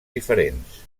diferents